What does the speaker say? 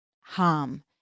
harm